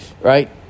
Right